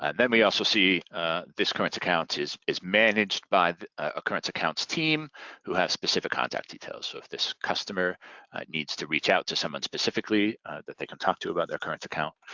and then we also see this current account is is managed by a current accounts team who has specific contact details. so if this customer needs to reach out to someone specifically that they can talk to about their current account,